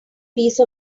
piece